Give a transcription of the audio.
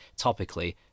topically